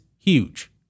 huge